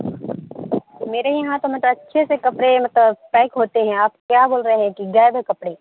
میرے یہاں تو مطلب اچھے سے کپڑے مطلب پیک ہوتے ہیں آپ کیا بول رہے ہیں کہ غائب ہیں کپڑے